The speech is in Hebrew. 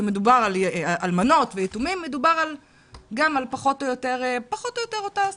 וכשמדובר על אלמנות ויתומים מדובר פחות או יותר על אותה סטטיסטיקה,